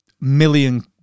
million